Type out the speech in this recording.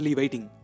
waiting